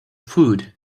food